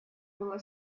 было